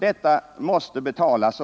Detta måste betalas.